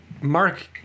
Mark